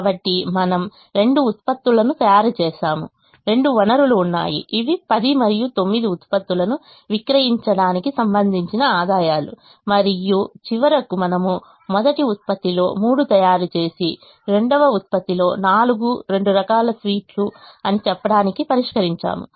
కాబట్టి మనము రెండు ఉత్పత్తులను తయారు చేసాము రెండు వనరులు ఉన్నాయి ఇవి 10 మరియు 9 ఉత్పత్తులను విక్రయించడానికి సంబంధించిన ఆదాయాలు మరియు చివరకు మనము మొదటి ఉత్పత్తిలో మూడు తయారు చేసి రెండవ ఉత్పత్తిలో నాలుగు రెండు రకాల స్వీట్లు అని చెప్పడానికి పరిష్కరించాము